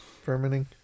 fermenting